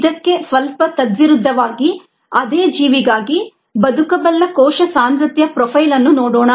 ಇದಕ್ಕೆ ಸ್ವಲ್ಪ ತದ್ವಿರುದ್ಧವಾಗಿ ಅದೇ ಜೀವಿಗಾಗಿ ಬದುಕಬಲ್ಲ ಕೋಶ ಸಾಂದ್ರತೆಯ ಪ್ರೊಫೈಲ್ ಅನ್ನು ನೋಡೋಣ